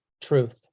truth